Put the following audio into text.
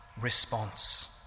response